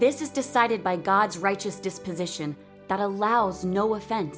this is decided by god's righteous disposition that allows no offense